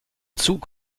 zug